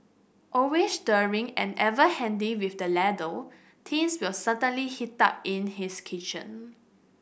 always stirring and ever handy with the ladle things will certainly heat up in his kitchen